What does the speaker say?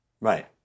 Right